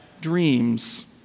dreams